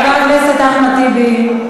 חבר הכנסת אחמד טיבי,